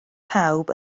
pawb